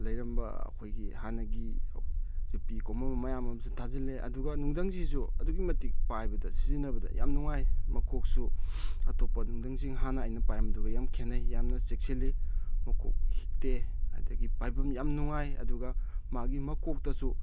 ꯂꯩꯔꯝꯕ ꯑꯩꯈꯣꯏꯒꯤ ꯍꯥꯟꯅꯒꯤ ꯌꯣꯠꯄꯤ ꯀꯣꯝꯂꯝꯕ ꯃꯌꯥꯝ ꯑꯃꯁꯨ ꯊꯥꯖꯤꯜꯂꯦ ꯑꯗꯨꯒ ꯅꯨꯡꯊꯪꯁꯤꯁꯨ ꯑꯗꯨꯛꯀꯤ ꯃꯇꯤꯛ ꯄꯥꯏꯕꯗ ꯁꯤꯖꯤꯟꯅꯕꯗ ꯌꯥꯝ ꯅꯨꯡꯉꯥꯏ ꯃꯀꯣꯛꯁꯨ ꯑꯇꯣꯞꯄ ꯅꯨꯡꯊꯪꯁꯤꯡ ꯍꯥꯟꯅ ꯑꯩꯅ ꯄꯥꯏꯔꯝꯕꯗꯨꯒ ꯌꯥꯝ ꯈꯦꯠꯅꯩ ꯌꯥꯝꯅ ꯆꯦꯛꯁꯤꯜꯂꯤ ꯃꯀꯣꯛ ꯍꯤꯛꯇꯦ ꯑꯗꯒꯤ ꯄꯥꯏꯐꯝ ꯌꯥꯝ ꯅꯨꯡꯉꯥꯏ ꯑꯗꯨꯒ ꯃꯥꯒꯤ ꯃꯀꯣꯛꯇꯁꯨ